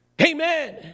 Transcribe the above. Amen